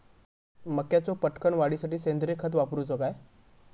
मक्याचो पटकन वाढीसाठी सेंद्रिय खत वापरूचो काय?